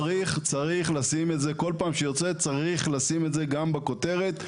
צריך לשים את נושא העובדים בכותרת,